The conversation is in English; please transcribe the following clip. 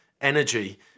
energy